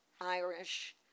Irish